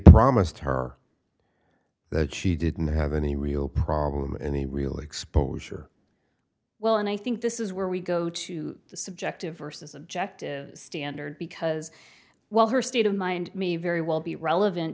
promised her that she didn't have any real problem any real exposure well and i think this is where we go to the subjective versus objective standard because while her state of mind me very well be relevant